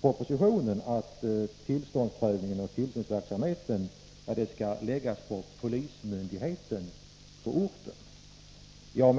propositionen att tillståndsprövningen och tillsynsverksamheten skall läggas på polismyndigheten på varje ort. Jag.